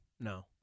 No